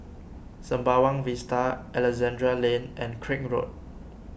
Sembawang Vista Alexandra Lane and Craig Road